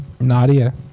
Nadia